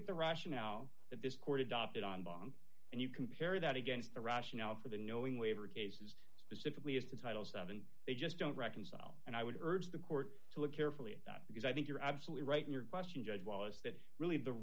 at the rationale that this court adopted on bong and you compare that against the rationale for the knowing waiver cases specifically as to titles that and they just don't reconcile and i would urge the court to look carefully at that because i think you're absolutely right in your question judge was that really the